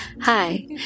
Hi